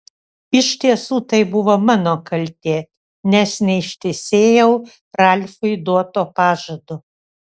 iš tiesų tai buvo mano kaltė nes neištesėjau ralfui duoto pažado